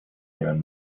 nehmen